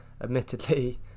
Admittedly